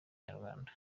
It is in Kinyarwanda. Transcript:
n’ikinyarwanda